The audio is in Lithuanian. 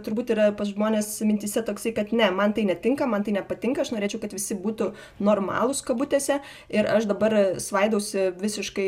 turbūt yra pas žmones mintyse toksai kad ne man tai netinka man tai nepatinka aš norėčiau kad visi būtų normalūs kabutėse ir aš dabar svaidausi visiškai